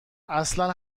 اصلن